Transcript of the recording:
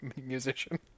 musician